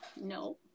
no